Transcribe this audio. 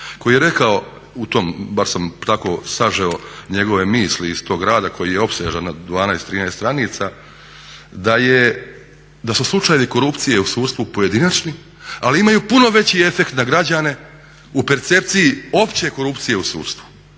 koji je rekao u tom bar sam tako sažeo njegove misli iz tog rada koji je opsežan na 12, 13 stranica da su slučajevi korupcije u sudstvu pojedinačni, ali imaju puno veći efekt na građane u percepcije opće korupcije u sudstvu.